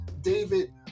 David